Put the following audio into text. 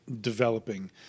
developing